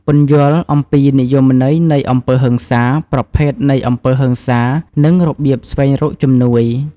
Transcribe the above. ពន្យល់អំពីនិយមន័យនៃអំពើហិង្សា ប្រភេទនៃអំពើហិង្សា និងរបៀបស្វែងរកជំនួយ។